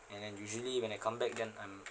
and then usually when I come back then I'm